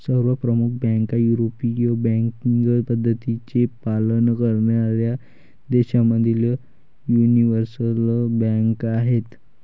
सर्व प्रमुख बँका युरोपियन बँकिंग पद्धतींचे पालन करणाऱ्या देशांमधील यूनिवर्सल बँका आहेत